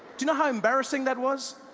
do you know how embarrassing that was?